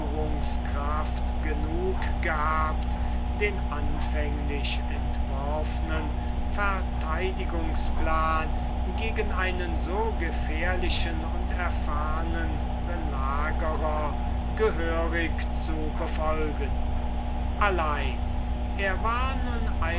genug gehabt den anfänglich entworfnen verteidigungsplan gegen einen so gefährlichen und erfahrnen belagerer gehörig zu befolgen allein er war